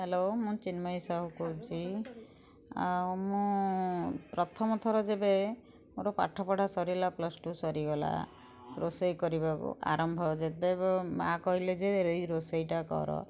hello ମୁଁ ଚିନ୍ମୟୀ ସାହୁ କହୁଛି ଆଉ ମୁଁ ପ୍ରଥମ ଥର ଯେବେ ମୋର ପାଠ ପଢ଼ା ସରିଲା ପ୍ଲସ୍ ଟୁ ସରିଗଲା ରୋଷେଇ କରିବାକୁ ଆରମ୍ଭ ଯେବେ ମା କହିଲେ ଯେ ଏଇ ରୋଷେଇଟା କର